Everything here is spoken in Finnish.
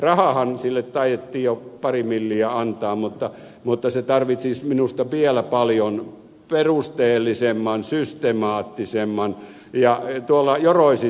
rahaahan sille taidettiin jo pari milliä antaa mutta se tarvitsisi minusta vielä paljon perusteellisemman systemaattisemman ratkaisun